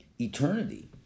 eternity